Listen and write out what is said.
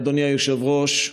אדוני היושב-ראש,